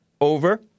over